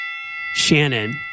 Shannon